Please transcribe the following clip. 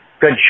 good